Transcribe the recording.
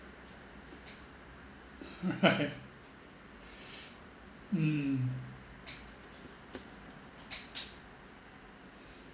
right mm